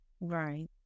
Right